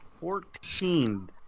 Fourteen